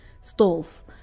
stalls